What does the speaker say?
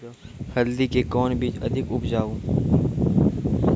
हल्दी के कौन बीज अधिक उपजाऊ?